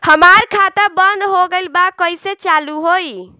हमार खाता बंद हो गइल बा कइसे चालू होई?